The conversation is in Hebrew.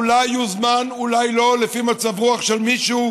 הוא אולי יוזמן ואולי לא, לפי מצב הרוח של מישהו,